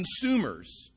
consumers